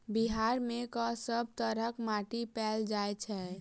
बिहार मे कऽ सब तरहक माटि पैल जाय छै?